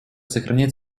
сохранять